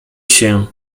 się